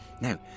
Now